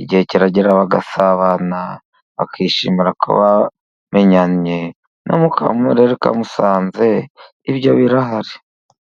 igihe kiragera bagasabana, bakishimira ko bamenyanye, no mu karere ka Musanze ibyo birahari.